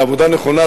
בעבודה נכונה,